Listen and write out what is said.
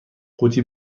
قوطی